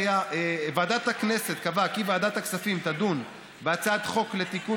ועדת הכנסת קבעה כי ועדת הכספים תדון בהצעת חוק לתיקון